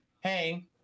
hey